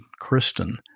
Kristen